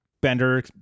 Bender